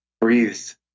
breathed